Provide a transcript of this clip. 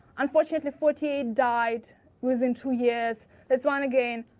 unfortunately, forty eight died within two years. that's one again,